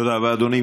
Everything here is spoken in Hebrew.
תודה רבה, אדוני.